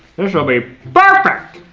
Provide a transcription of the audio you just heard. this will be perfect!